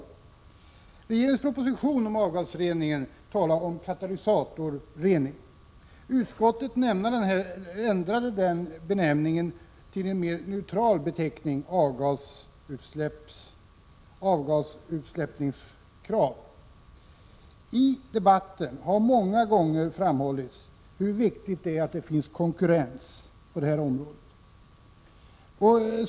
I regeringens proposition om avgasrening talas det om katalysatorrening. Utskottet ändrade den benämningen till en mera neutral beteckning: avgasutsläppskrav. I debatten har många gånger framhållits hur viktigt det är att det finns konkurrens på detta område.